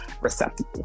receptive